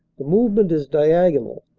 the move ment is diagonal,